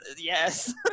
yes